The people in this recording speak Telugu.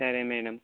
సరే మేడమ్